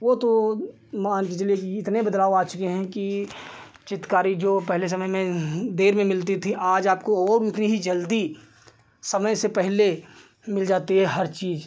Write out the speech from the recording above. वह तो मानकर चलिए कि इतने बदलाव आ चुके हैं कि चित्रकारी जो पहले समय में देर में मिलती थी आज आपको वह उतनी ही जल्दी समय से पहले मिल जाती है हर चीज़